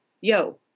yo